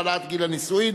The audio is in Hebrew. העלאת גיל הנישואין).